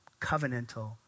covenantal